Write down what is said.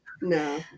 No